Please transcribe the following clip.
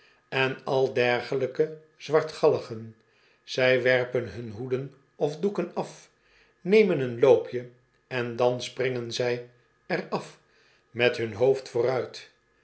en al dergelijke zwartgalligen zij werpen hun hoeden of doeken af nemen een loopje en dan springen zij er af met hun hoofd vooruit